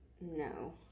No